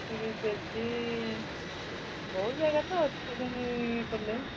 C beach ଅଛି ବହୁ ଜାଗା ତ ଅଛି ସେମିତି ଇଏ କଲେ